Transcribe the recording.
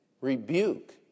Rebuke